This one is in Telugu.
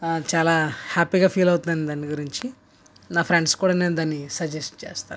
ఆ చాలా హ్యాపీగా ఫీల్ అవుతున్నాను దాని గురించి నా ఫ్రెండ్స్ కూడా నేను దాన్ని సజెస్ట్ చేస్తాను